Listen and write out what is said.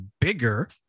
bigger